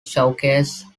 showcase